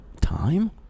time